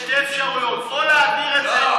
יש שתי אפשרויות: או להעביר את זה,